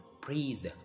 praised